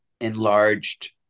enlarged